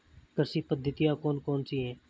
कृषि पद्धतियाँ कौन कौन सी हैं?